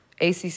ACC